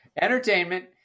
entertainment